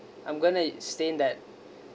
I'm going to stay in that